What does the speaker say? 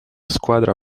squadra